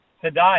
today